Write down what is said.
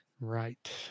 Right